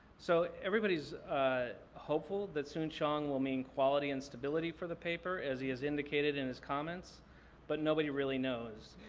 so everybody's ah hopeful that soon-shiong will mean quality and stability for the paper as he has indicated in his comments but nobody really knows.